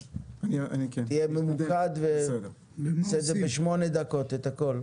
אז תהיה ממוקד ותעשה את הכול בשמונה דקות,